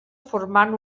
formant